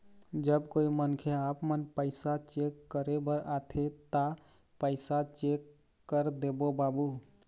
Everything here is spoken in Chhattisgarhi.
जब कोई मनखे आपमन पैसा चेक करे बर आथे ता पैसा चेक कर देबो बाबू?